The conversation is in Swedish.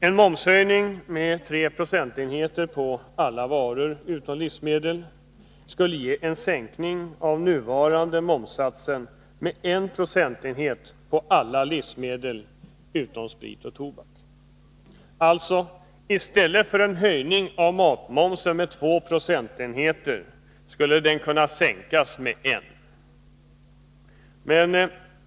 En momshöjning med tre procentenheter på alla varor utom livsmedel skulle ge en sänkning av nuvarande momssats med en procentenhet på alla livsmedel utom sprit och tobak. Alltså: I stället för att höja matmomsen två procentenheter skulle man kunna sänka den med en.